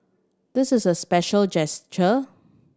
this is a special gesture